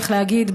איך להגיד,